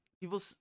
people